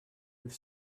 with